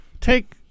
Take